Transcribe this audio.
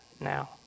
now